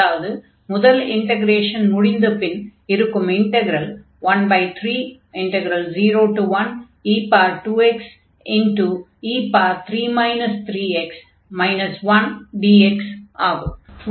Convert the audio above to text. அதாவது முதல் இன்டக்ரேஷன் முடிந்தபின் இருக்கும் இன்டக்ரல் 1301e2xe3 3x 1dx ஆகும்